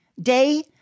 day